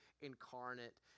incarnate